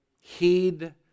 Heed